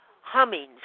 humming